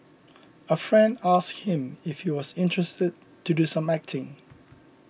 a friend asked him if he was interested to do some acting